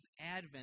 Advent